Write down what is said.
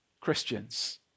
Christians